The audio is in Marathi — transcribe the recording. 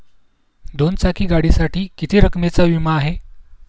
दोन चाकी गाडीसाठी किती रकमेचा विमा आहे?